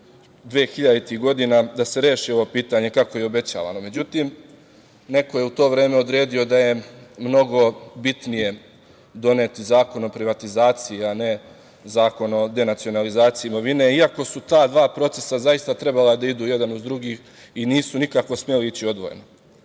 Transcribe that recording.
godina da se reši ovo pitanje, kako je i obećavano. Međutim, neko je u to vreme odredio da je mnogo bitnije doneti Zakon o privatizaciji, a ne Zakon o denacionalizaciji imovine, iako su ta dva procesa trebala da idu jedan uz drugi i nisu nikako smeli ići odvojeno. To